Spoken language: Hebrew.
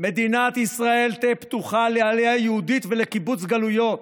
"מדינת ישראל תהא פתוחה לעלייה יהודית ולקיבוץ גלויות,